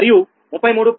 మరియు 33